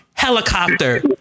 Helicopter